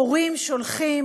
הורים שולחים,